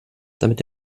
damit